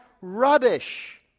rubbish